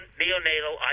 neonatal